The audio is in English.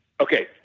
Okay